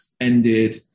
ended